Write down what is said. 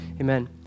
amen